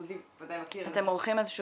עוזי בוודאי מכיר --- אתם עורכים איזה שהוא